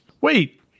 Wait